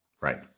Right